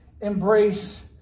embrace